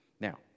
Now